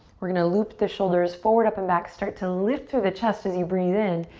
we're gonna loop the shoulders forward, up and back. start to lift through the chest as you breathe in.